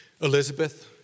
Elizabeth